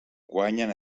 guanyen